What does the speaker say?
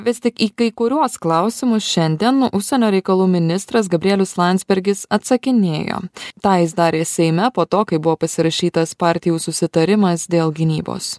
vis tik į kai kuriuos klausimus šiandien užsienio reikalų ministras gabrielius landsbergis atsakinėjo tą jis darė seime po to kai buvo pasirašytas partijų susitarimas dėl gynybos